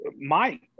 mike